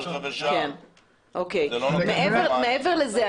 מעבר לזה,